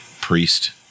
Priest